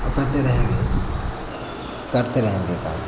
और करते रहेंगे करते रहेंगे काम